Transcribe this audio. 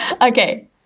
Okay